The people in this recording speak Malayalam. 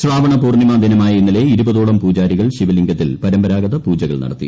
ശ്രാവണപൂർണിമ ദിനമായ ഇന്നലെ ഇരുപതോളം പൂജാരികൾ ശിവലിംഗത്തിൽ പരമ്പരാഗത പൂജകൾ നടത്തി